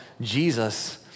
Jesus